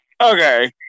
okay